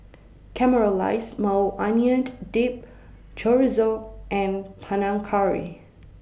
Caramelized Maui Onion Dip Chorizo and Panang Curry